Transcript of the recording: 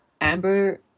Amber